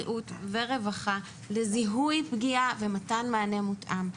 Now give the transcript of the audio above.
בריאות ורווחה לזיהוי פגיעה ומתן מענה מותאם.